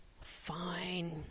Fine